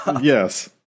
Yes